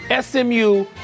SMU